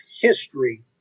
history